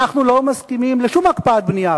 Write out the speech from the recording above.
אנחנו לא מסכימים לשום הקפאת בנייה,